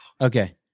Okay